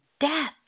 death